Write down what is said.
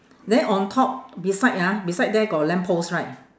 then on top beside ah beside there got a lamp post right